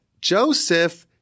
Joseph –